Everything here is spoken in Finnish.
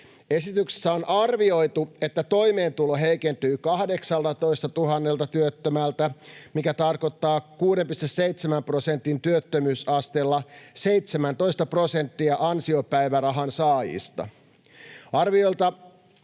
Esityksessä on arvioitu, että toimeentulo heikentyy 18 000 työttömältä, mikä tarkoittaa 6,7 prosentin työttömyysasteella 17:ää prosenttia ansiopäivärahan saajista. Arviolta